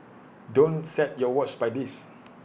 don't set your watch by this